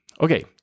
Okay